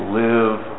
live